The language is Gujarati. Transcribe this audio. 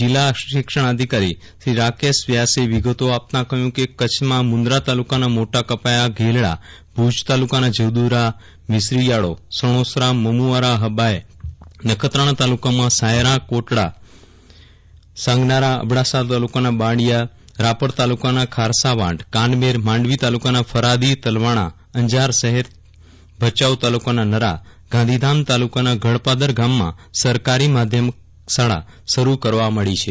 જિલ્લા શિક્ષણાધિકારી રાકેશ વ્યાસે વિગતો આપતા કહ્યું હતું કે કચ્છમાં મુન્દ્રા તાલુકાના મોટા કપાયા ગેલડા ભુજ તાલુકાના જદ્દુરા મિસરીયાડો સણોસરા મમુઆરા હબાય નખત્રાણા તાલુકાના સાંયરા કોટડા રોહા સાંગનારા અબડાસા તાલુકાના બાંડીયા રાપર તાલુકાના ખારસાવાંઢ કાનમેર માંડવી તાલુકાના ફરાદી તલવાણા અંજાર શહેર ભચાઉ તાલુકાના નરા ગાંધીધામ તાલુકાના ગળપાદર ગામમાં સરકારી માધ્યમિક શાળા શરૂ કરવા મળી છે